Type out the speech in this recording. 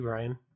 Ryan